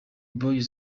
boy